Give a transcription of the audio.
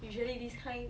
usually this kind